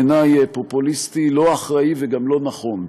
בעיני פופוליסטי, לא אחראי וגם לא נכון,